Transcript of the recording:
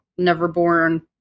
neverborn